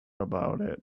about